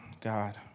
God